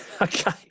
Okay